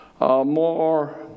more